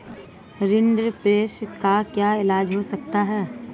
rinderpest का क्या इलाज हो सकता है